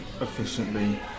efficiently